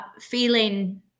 feeling